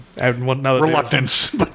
Reluctance